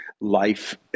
life